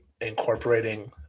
incorporating